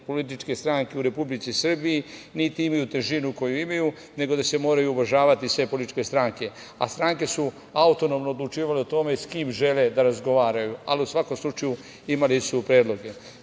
političke stranke u Republici Srbiji, niti imaju težinu koju imaju, nego da se moraju uvažavati sve političke stranke, a stranke su autonomno odlučivale o tome sa kim žele da razgovaraju. U svakom slučaju, imali su predloge. Mislim